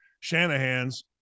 Shanahan's